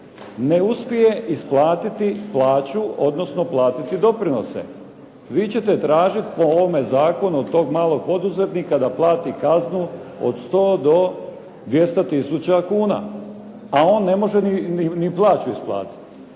ne uspije isplatiti plaću odnosno platiti doprinose. Vi ćete tražiti po ovome zakonu od tog malog poduzetnika da plati kaznu od 100 do 200 tisuća, a on ne može ni plaću isplatiti.